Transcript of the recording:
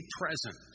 present